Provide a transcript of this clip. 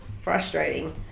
frustrating